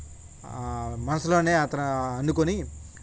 మనసులోనే అతను అనుకొని